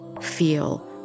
feel